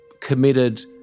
committed